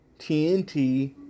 TNT